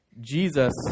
Jesus